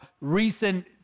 recent